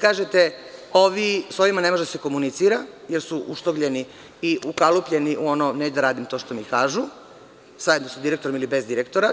kažete da sa ovima ne može se komunicira, jer su uštogljeni i ukalupljeni u ono neću da radim to što mi kažu zajedno sa direktorom ili bez direktora.